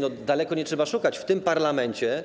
Nie trzeba daleko szukać, w tym parlamencie